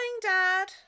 Dad